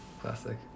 Classic